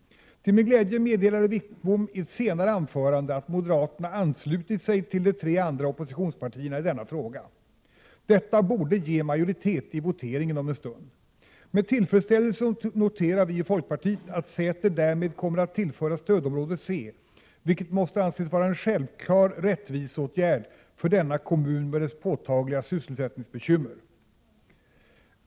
Till min glädje meddelade Wittbom i ett senare anförande att moderaterna anslutit sig till de tre andra oppositionspartierna i denna fråga. Detta borde ge majoritet i voteringen om en stund! Med tillfredsställelse noterar vi i folkpartiet att Säter därmed kommer att tillföras stödområde C, vilket måste anses vara en självklar rättviseåtgärd för denna kommun med dess påtagliga sysselsättningsbekymmer.